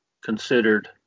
considered